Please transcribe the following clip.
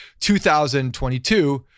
2022